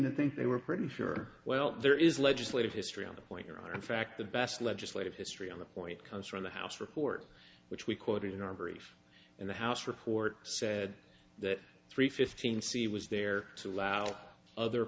to think they were pretty sure well there is legislative history on the point there are in fact the best legislative history on the point comes from the house report which we quoted in our very in the house report said that three fifteen c was there to allow other